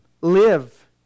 Live